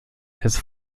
his